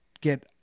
get